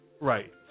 Right